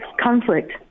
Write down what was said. conflict